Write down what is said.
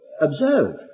observe